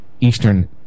eastern